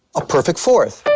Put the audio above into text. a perfect fourth.